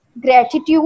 Gratitude